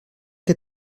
que